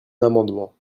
amendements